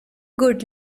good